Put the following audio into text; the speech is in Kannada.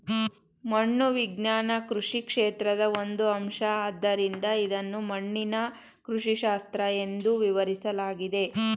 ಮಣ್ಣು ವಿಜ್ಞಾನ ಕೃಷಿ ಕ್ಷೇತ್ರದ ಒಂದು ಅಂಶ ಆದ್ದರಿಂದ ಇದನ್ನು ಮಣ್ಣಿನ ಕೃಷಿಶಾಸ್ತ್ರ ಎಂದೂ ವಿವರಿಸಲಾಗಿದೆ